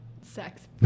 Sex